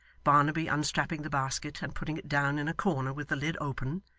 barnaby unstrapping the basket and putting it down in a corner with the lid open,